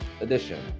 edition